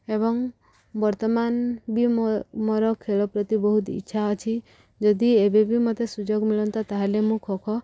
ଏବଂ ବର୍ତ୍ତମାନ ବି ମୋ ମୋର ଖେଳ ପ୍ରତି ବହୁତ ଇଚ୍ଛା ଅଛି ଯଦି ଏବେବି ମୋତେ ସୁଯୋଗ ମିଳନ୍ତା ତାହେଲେ ମୁଁ ଖୋଖୋ